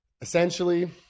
essentially